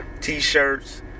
T-shirts